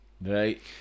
Right